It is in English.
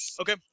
Okay